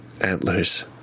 Antlers